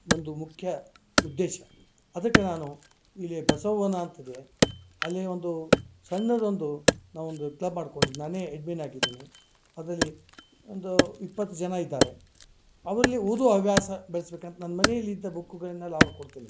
ಒಂದು ಮುಖ್ಯ ಉದ್ದೇಶ ಅದಕ್ಕೆ ನಾನು ಇಲ್ಲಿ ಬಸವ ವನ ಅಂತಿದೆ ಅಲ್ಲೇ ಒಂದು ಸಣ್ಣದೊಂದು ನಾ ಒಂದು ಕ್ಲಬ್ ಮಾಡ್ಕೊಂಡಿದ್ದು ನಾನೇ ಎಡ್ಮಿನ್ ಆಗಿದ್ದೀನಿ ಅದರಲ್ಲಿ ಒಂದು ಇಪ್ಪತ್ತು ಜನ ಇದ್ದಾರೆ ಅವರಲ್ಲಿ ಓದುವ ಹವ್ಯಾಸ ಬೆಳ್ಸ್ಬೇಕಂತ ನನ್ನ ಮನೆಯಲ್ಲಿದ್ದ ಬುಕ್ಕುಗಳನ್ನೆಲ್ಲ ಅವ್ರಿಗೆ ಕೊಡ್ತೀನಿ